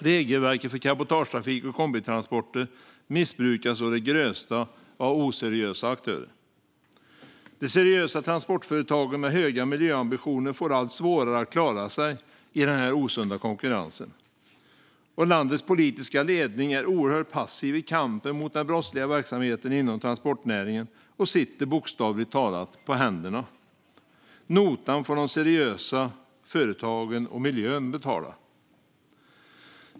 Regelverket för cabotagetrafik och kombitransporter missbrukas å det grövsta av oseriösa aktörer. De seriösa transportföretagen med höga miljöambitioner får allt svårare att klara sig i den här osunda konkurrensen. Landets politiska ledning är oerhört passiv i kampen mot den brottsliga verksamheten inom transportnäringen och sitter bokstavligt talat på händerna. Notan får de seriösa företagen och miljön betala.